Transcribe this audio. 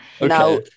Now